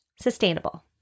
sustainable